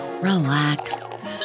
relax